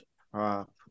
prop